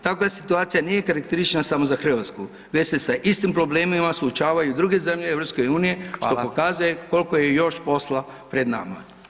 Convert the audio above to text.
Takva situacija nije karakteristična samo za Hrvatsku, već se sa …… istim problemima suočavaju i druge zemlje EU [[Upadica: Hvala.]] što pokazuje koliko je još posla pred nama.